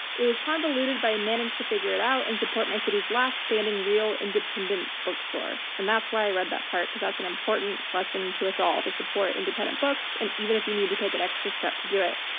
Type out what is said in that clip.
it was convoluted but i managed to figure it out, and support my city's last standing real independent bookstore. and that's why i read that part, because that's an important lesson to us all, to support independent books, and even if you need to take an extra step to do it.